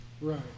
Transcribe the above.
Right